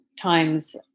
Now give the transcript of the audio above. times